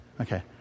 Okay